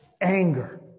anger